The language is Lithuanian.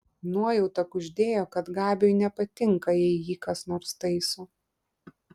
nuojauta kuždėjo kad gabiui nepatinka jei jį kas nors taiso